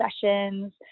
sessions